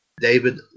David